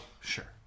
Sure